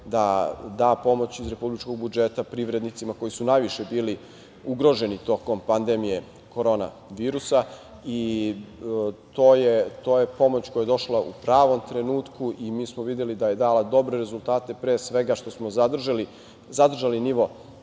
da da pomoć iz republičkog budžeta privrednicima koji su najviše bili ugroženi tokom pandemije korona virusa i to je pomoć koja je došla u pravom trenutku. Mi smo videli da je dala dobre rezultate, pre svega što smo zadržali nivo